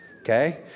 okay